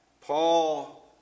Paul